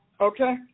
Okay